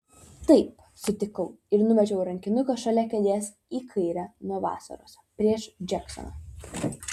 taip sutikau ir numečiau rankinuką šalia kėdės į kairę nuo vasaros prieš džeksoną